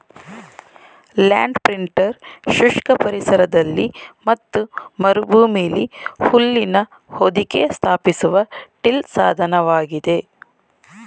land printer ಶುಷ್ಕ ಪರಿಸರದಲ್ಲಿ ಮತ್ತು ಮರುಭೂಮಿಲಿ ಹುಲ್ಲಿನ ಹೊದಿಕೆ ಸ್ಥಾಪಿಸುವ ಟಿಲ್ ಸಾಧನವಾಗಿದೆ